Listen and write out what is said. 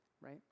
right